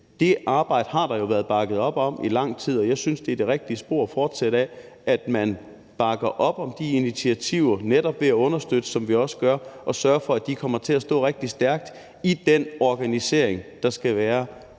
Det arbejde har der jo været bakket op om i lang tid, og jeg synes, det er det rigtige spor at fortsætte ad, altså at man bakker op om de initiativer netop ved at understøtte, som vi også gør, og sørge for, at de kommer til at stå rigtig stærkt i den organisering, der kan være